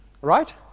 Right